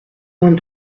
vingt